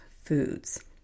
foods